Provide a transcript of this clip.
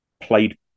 played